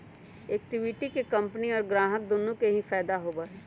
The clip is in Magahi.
इक्विटी के कम्पनी और ग्राहक दुन्नो के ही फायद दा होबा हई